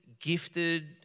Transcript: gifted